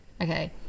Okay